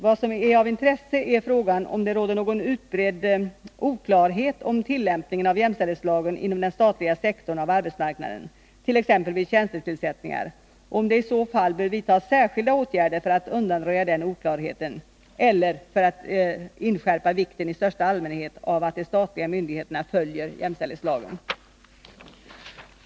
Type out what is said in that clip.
Vad som är av intresse är frågan om det råder någon utbredd oklarhet om tillämpningen av jämställdhetslagen inom den statliga sektorn av arbetsmarknaden — t.ex. vid tjänstetillsättningar — och om det i så fall bör vidtas särskilda åtgärder för att undanröja den oklarheten eller för att inskärpa vikten i största allmänhet av att de statliga myndigheterna följer jämställdhetslagen.